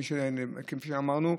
כפי שאמרנו,